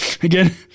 again